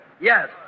Yes